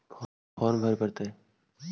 Farm भरे परतय?